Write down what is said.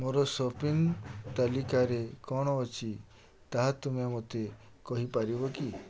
ମୋର ସପିଂ ତାଲିକାରେ କ'ଣ ଅଛି ତାହା ତୁମେ ମୋତେ କହିପାରିବ କି